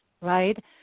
right